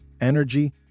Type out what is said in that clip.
energy